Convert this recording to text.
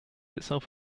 itself